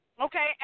okay